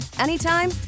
anytime